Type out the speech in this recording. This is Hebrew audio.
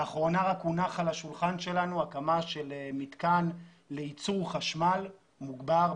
רק לאחרונה הונח על השולחן שלנו בקשה להקמת מתקן לייצור חשמל מוגבר,